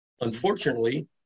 Unfortunately